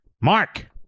Mark